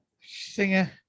Singer